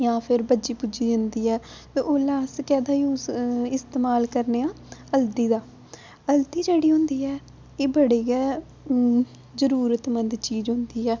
जां फिर भज्जी भुज्जी जंदी ऐ ते ओह् ओल्लै अस कैह्दा यूज इस्तमाल करने आं हल्दी दा हल्दी जेह्ड़ी होंदी ऐ एह् बड़ी गै जरूरतमंद चीज होंदी ऐ